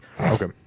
Okay